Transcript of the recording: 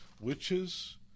witches